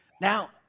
Now